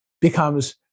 becomes